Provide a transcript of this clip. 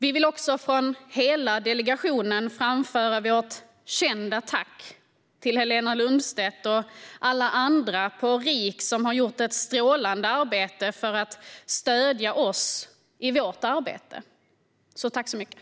Vi vill också från hela delegationen framföra vårt kända tack till Helena Lundstedt och alla andra på RIK som har gjort ett strålande arbete för att stödja oss i vårt arbete. Tack så mycket!